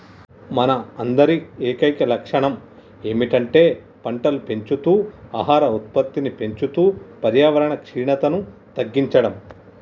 మన అందరి ఏకైక లక్షణం ఏమిటంటే పంటలు పెంచుతూ ఆహార ఉత్పత్తిని పెంచుతూ పర్యావరణ క్షీణతను తగ్గించడం